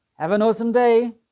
have an awesome day!